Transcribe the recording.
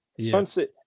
Sunset